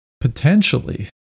Potentially